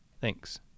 Thanks